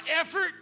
effort